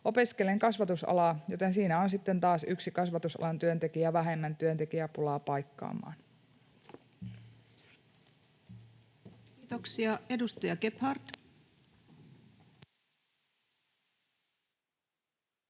Opiskelen kasvatusalaa, joten siinä on sitten taas yksi kasvatusalan työntekijä vähemmän työntekijäpulaa paikkaamaan.” [Speech 179]